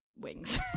wings